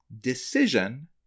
decision